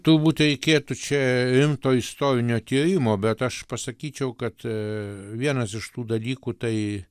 turbūt reikėtų čia rimto istorinio tyrimo bet aš pasakyčiau kad vienas iš tų dalykų tai